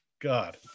God